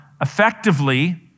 effectively